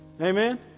Amen